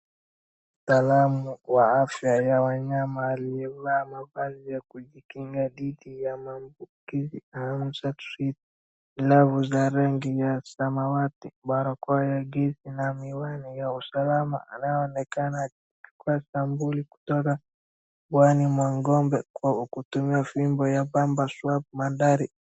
Mtalamu wa afya ya wanyama aliyo vaa mavazi ya kujikinga dhidi ya maambukizi ya Hamsat Swit . Linalo guza rangi ya samawati, barakoa ya gesi na miwani ya usalama anaonekana akichukua sampuli kutoka bwanini mwa ng'ombe kwa kutumia fimbo ya pamba swab mandari.